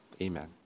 Amen